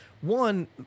one